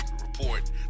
Report